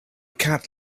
cat